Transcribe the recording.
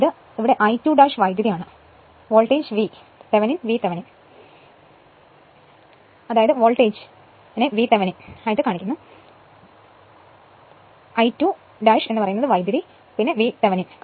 അതിനാൽ ഇത് I2 വൈദ്യുതി ആണ് ഇതാണ് വോൾട്ടേജ് V തെവെനിൻ